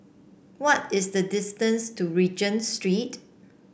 what is the distance to Regent Street